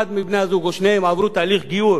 הוא יאציל את הסמכות לרב אחר.